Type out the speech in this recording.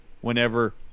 whenever